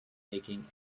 making